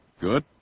Good